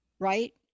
right